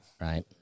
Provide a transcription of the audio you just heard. Right